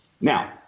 Now